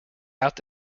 out